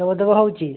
ଧପ ଧପ ହେଉଛି